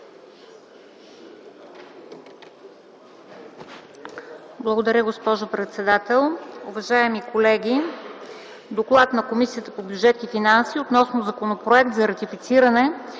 Благодаря Ви, госпожо председател.